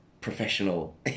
professional